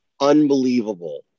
unbelievable